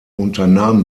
unternahm